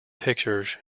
pictures